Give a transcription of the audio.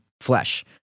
flesh